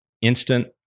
instant